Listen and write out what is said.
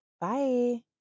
Bye